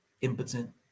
impotent